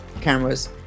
cameras